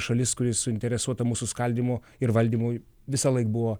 šalis kuri suinteresuota mūsų skaldymu ir valdymui visąlaik buvo